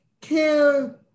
care